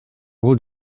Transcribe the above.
бул